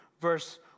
verse